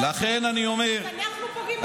אז אנחנו פוגעים במשק?